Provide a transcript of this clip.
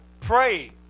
pray